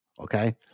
Okay